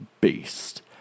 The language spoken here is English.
beast